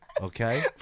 okay